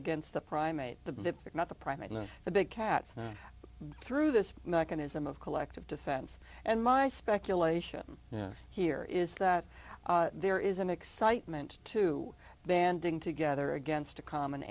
against the primate the not the primate and the big cats through this mechanism of collective defense and my speculation here is that there is an excitement to banding together against a common